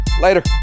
Later